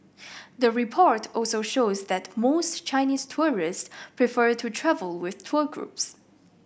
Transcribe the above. the report also shows that most Chinese tourists prefer to travel with tour groups